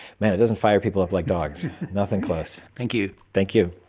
man, it doesn't fire people up like dogs, nothing close. thank you. thank you.